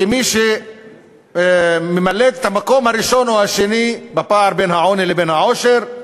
כמי שממלאת את המקום הראשון או השני בפער בין העוני לבין העושר.